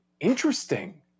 Interesting